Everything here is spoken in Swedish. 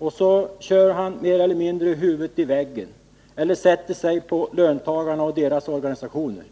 Lars-Ove Hagberg kör då mer eller mindre huvudet i väggen och sätter sig på löntagarna och deras organisationer.